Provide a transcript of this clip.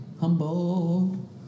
Humble